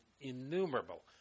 innumerable